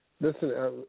Listen